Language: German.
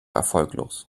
erfolglos